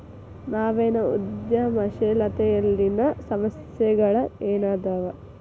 ನವೇನ ಉದ್ಯಮಶೇಲತೆಯಲ್ಲಿನ ಸಮಸ್ಯೆಗಳ ಏನದಾವ